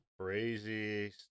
Crazy